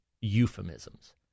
euphemisms